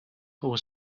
was